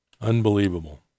Unbelievable